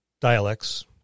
dialects